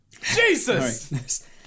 Jesus